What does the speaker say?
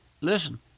Listen